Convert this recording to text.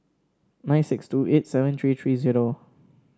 nine six two eight seven three three zero